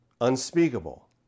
unspeakable